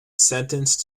sentenced